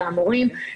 והמורים,